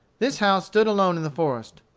this house stood alone in the forest.